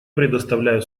предоставляю